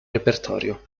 repertorio